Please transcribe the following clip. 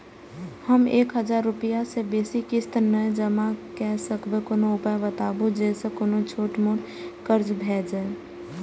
हम एक हजार रूपया से बेसी किस्त नय जमा के सकबे कोनो उपाय बताबु जै से कोनो छोट मोट कर्जा भे जै?